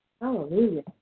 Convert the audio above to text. Hallelujah